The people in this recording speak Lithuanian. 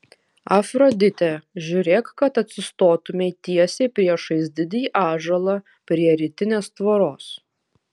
afrodite žiūrėk kad atsistotumei tiesiai priešais didįjį ąžuolą prie rytinės tvoros